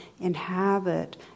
inhabit